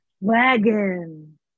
Wagon